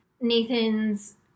Nathan's